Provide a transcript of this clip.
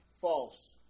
False